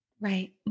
Right